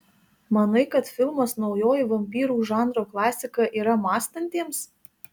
manai kad filmas naujoji vampyrų žanro klasika yra mąstantiems